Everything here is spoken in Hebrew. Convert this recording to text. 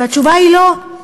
והתשובה היא: לא.